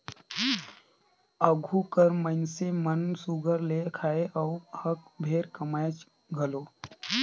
आघु कर मइनसे मन सुग्घर ले खाएं अउ हक भेर कमाएं घलो